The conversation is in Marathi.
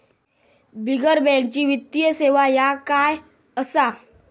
बिगर बँकेची वित्तीय सेवा ह्या काय असा?